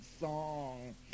song